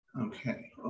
Okay